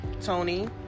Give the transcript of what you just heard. Tony